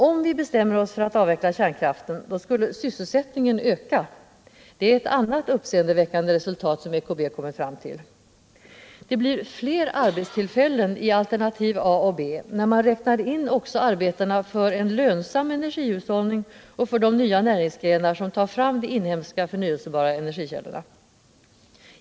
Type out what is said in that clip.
Om vi bestämmer oss för att avveckla kärnkraften skulle sysselsättningen öka —det är ett annat uppseendeväckande resultat som EKB kommit fram till. Det blir fler arbetstillfällen i alternativen A och B när man räknar in också arbetena för en lönsam energihushållning och för de nya näringsgrenar som tar fram de inhemska förnyelsebara energikällorna.